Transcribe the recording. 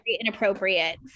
inappropriate